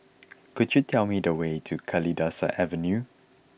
could you tell me the way to Kalidasa Avenue